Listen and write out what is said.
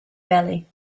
belly